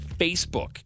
Facebook